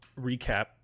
recap